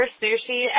sushi